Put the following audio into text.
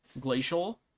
glacial